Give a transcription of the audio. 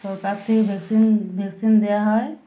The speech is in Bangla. সরকার থেকে ভ্যাকসিন ভ্যাকসিন দেওয়া হয়